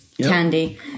candy